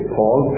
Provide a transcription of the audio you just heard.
Paul